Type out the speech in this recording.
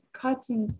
cutting